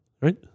right